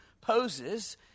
poses